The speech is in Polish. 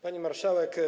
Pani Marszałek!